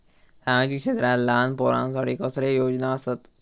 सामाजिक क्षेत्रांत लहान पोरानसाठी कसले योजना आसत?